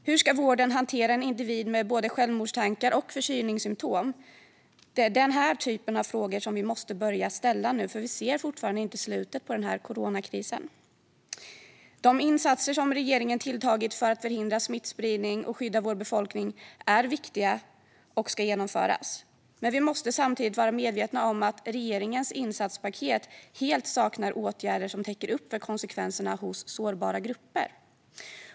Hur ska vården då hantera en individ med både självmordstankar och förkylningssymtom? Det är denna typ av frågor vi måste börja ställa nu, för vi ser fortfarande inte slutet på coronakrisen. De insatser som regeringen gjort för att förhindra smittspridning och skydda vår befolkning är viktiga och ska genomföras. Men vi måste samtidigt vara medvetna om att regeringens insatspaket helt saknar åtgärder som täcker upp för konsekvenserna hos sårbara grupper.